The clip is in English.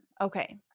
Okay